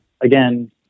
again